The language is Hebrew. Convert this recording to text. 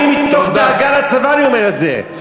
אני, מתוך דאגה לצבא אני אומר את זה.